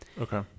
Okay